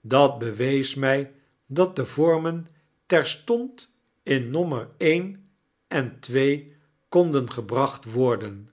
dat bewees my dat de vormen terstond in nommer een en twee kondengebxacht worden